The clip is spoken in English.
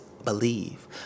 believe